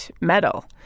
metal